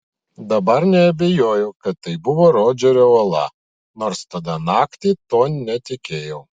dabar neabejoju kad tai buvo rodžerio uola nors tada naktį tuo netikėjau